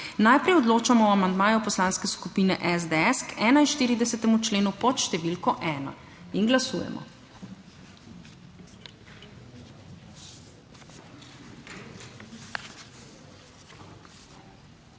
Najprej odločamo o amandmaju Poslanske skupine SDS k 41. členu pod številko ena. Glasujemo.